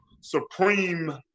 supreme